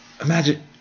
imagine